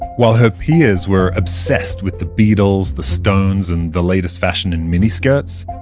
while her peers were obsessed with the beatles, the stones, and the latest fashion in miniskirts,